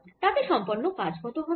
তাতে সম্পন্ন কাজ কত হবে